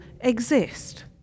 exist